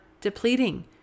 depleting